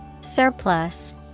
Surplus